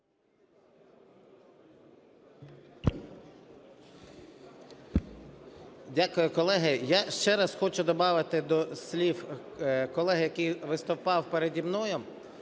Дякую, колеги. Я ще раз хочу добавити до слів колеги, який виступав переді мною,